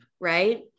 right